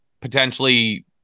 potentially